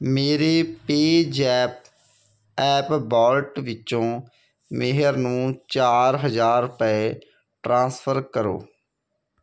ਮੇਰੇ PayZapp app wallet ਵਿੱਚੋਂ ਮਿਹਰ ਨੂੰ ਚਾਰ ਹਜ਼ਾਰ ਰੁਪਏ ਟ੍ਰਾਂਸਫਰ ਕਰੋ